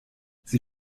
sie